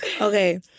Okay